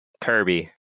Kirby